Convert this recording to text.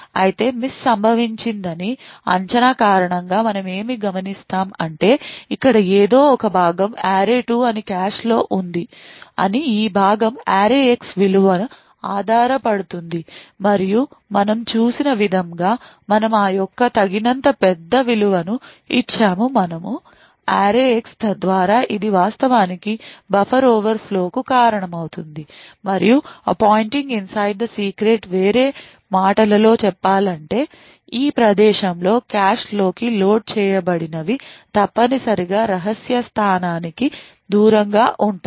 అయితే మిస్ సంభవించిందని అంచనా కారణంగా మనం ఏమి గమనిస్తాం అంటే ఇక్కడ ఏదో ఒక భాగం array2 అని కాష్ లో ఉంది అని ఈ భాగం array x విలువ ఆధారపడుతుంది మరియు మనం చూసిన విధముగా మనము ఆయొక్క తగినంత పెద్ద విలువను ఇచ్చాము మనము array x తద్వారా ఇది వాస్తవానికి బఫర్ ఓవర్ఫ్లోకు కారణమవుతోంది మరియు appointing inside the secret వేరే మాటలలో చెప్పాలంటే ఈ ప్రదేశంలో కాష్లోకి లోడ్ చేయబడినవి తప్పనిసరిగా రహస్య స్థానానికి దూరంగా ఉంటాయి